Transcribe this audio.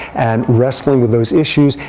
and wrestling with those issues,